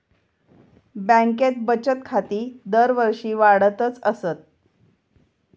बँकेत बचत खाती दरवर्षी वाढतच आसत